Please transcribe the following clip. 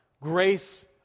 Grace